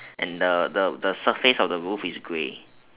and the the surface of the roof is grey